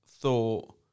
Thought